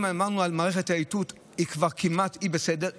אם דיברנו על מערכת האיתות, היא כבר כמעט בסדר.